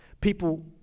People